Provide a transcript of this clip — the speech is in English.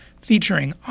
featuring